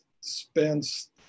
spends